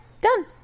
Done